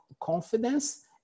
confidence